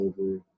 over